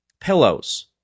pillows